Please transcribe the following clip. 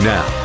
Now